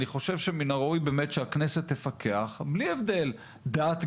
אני חושב שמן הראוי שהכנסת תפקח בלי הבדל דת,